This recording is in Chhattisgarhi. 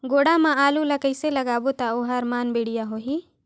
गोडा मा आलू ला कइसे लगाबो ता ओहार मान बेडिया होही?